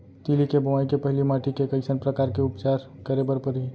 तिलि के बोआई के पहिली माटी के कइसन प्रकार के उपचार करे बर परही?